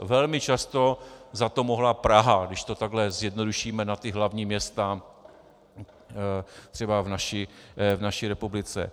Velmi často za to mohla Praha, když to takhle zjednodušíme na ta hlavní města třeba v naší republice.